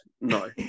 No